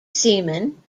seaman